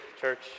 church